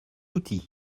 outil